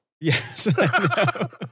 Yes